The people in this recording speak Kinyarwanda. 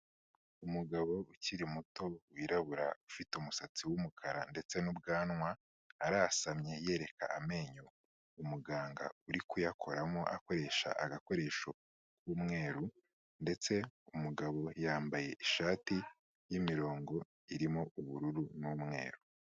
Umugabo ukiri muto wirabura ufite umusatsi w'umukara ndetse n'ubwanwa, arasamye yereka amenyo, umuganga uri kuyakoramo akoresha agakoresho k'umweru ndetse umugabo yambaye ishati y'imirongo irimo ubururu n'umweru.